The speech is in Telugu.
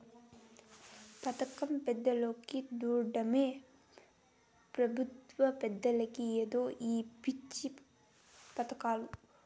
పదకం పేదోల్లకి, దుడ్డేమో పెబుత్వ పెద్దలకి ఏందో ఈ పిచ్చి పదకాలు